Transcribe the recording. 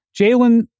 Jalen